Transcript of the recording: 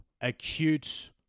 acute